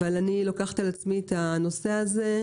אבל אני לוקחת על עצמי את הנושא הזה,